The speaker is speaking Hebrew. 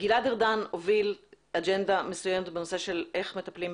גלעד ארדן הוביל אג'נדה מסוימת בנושא של טיפול בפסולת,